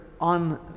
on